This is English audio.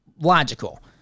logical